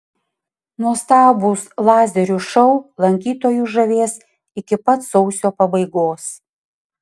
nuostabūs lazerių šou lankytojus žavės iki pat sausio pabaigos